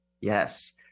Yes